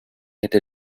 hätte